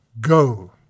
Go